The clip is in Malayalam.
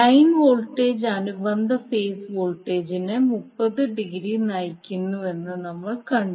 ലൈൻ വോൾട്ടേജ് അനുബന്ധ ഫേസ് വോൾട്ടേജിനെ 30 ഡിഗ്രി നയിക്കുന്നുവെന്ന് നമ്മൾ കണ്ടു